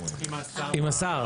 עם השר.